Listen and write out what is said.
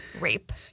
rape